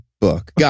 book